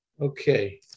okay